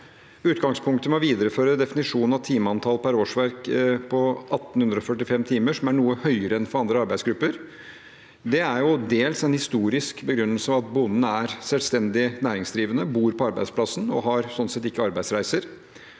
Utgangspunktet med å videreføre definisjonen av timeantall per årsverk på 1 845 timer, som er noe høyere enn for andre arbeidsgrupper, er dels en historisk begrunnelse, at bonden er selvstendig næringsdrivende, bor på arbeidsplassen og sånn sett ikke har arbeidsreiser,